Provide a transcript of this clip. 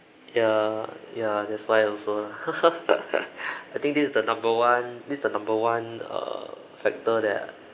ya ya that's why also lah I think this is the number one this is the number one err factor that